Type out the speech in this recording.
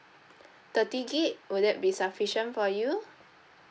thirty gigabyte will that be sufficient for you